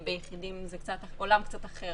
ביחידם זה עולם קצת אחר.